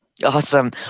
Awesome